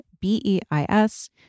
B-E-I-S